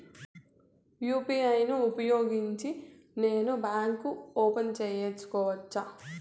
UPI ను ఉపయోగించి నేను బ్యాంకు ఓపెన్ సేసుకోవచ్చా?